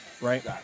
right